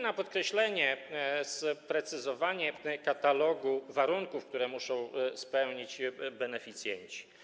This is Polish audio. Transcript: Na podkreślenie zasługuje sprecyzowanie katalogu warunków, które muszą spełnić beneficjenci.